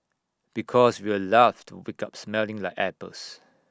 because we'd love to wake up smelling like apples